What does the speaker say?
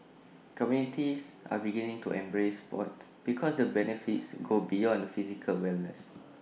communities are beginning to embrace Sport because the benefits go beyond physical wellness